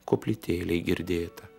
koplytėlei girdėtą